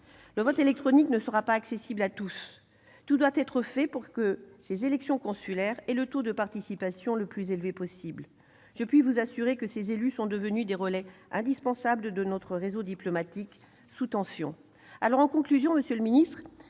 Le vote électronique ne sera pas accessible à tous. Tout doit être fait pour que ces élections consulaires aient le taux de participation le plus élevé possible. Je puis vous assurer que ces élus sont devenus des relais indispensables de notre réseau diplomatique sous tension.